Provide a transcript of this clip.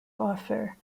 offer